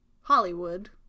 Hollywood